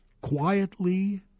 quietly